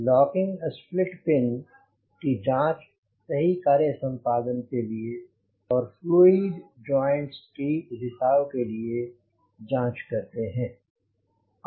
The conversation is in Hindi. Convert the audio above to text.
लॉकिंग स्प्लिट पिन की जांच सही कार्य संपादन के लिए और फ्लूइड जॉइंट्स की रिसाव के लिए जांच करते हैं